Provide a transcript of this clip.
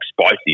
spicy